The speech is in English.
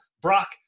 Brock